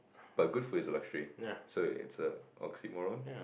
but good food is a luxury so it's a oxymoron